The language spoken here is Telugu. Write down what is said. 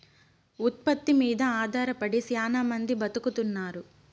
ఉత్పత్తి మీద ఆధారపడి శ్యానా మంది బతుకుతున్నారు